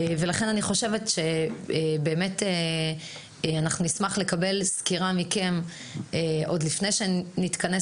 אני חושבת שנשמח לקבל סקירה מכם - עוד לפני שנתכנס